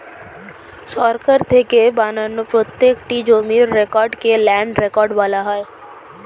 সরকার থেকে বানানো প্রত্যেকটি জমির রেকর্ডকে ল্যান্ড রেকর্ড বলা হয়